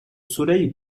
soleil